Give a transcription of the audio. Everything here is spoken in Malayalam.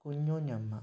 കുഞ്ഞൂഞ്ഞമ്മ